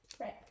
Right